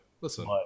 Listen